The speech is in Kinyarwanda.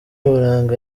buranga